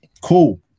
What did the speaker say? cool